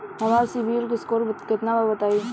हमार सीबील स्कोर केतना बा बताईं?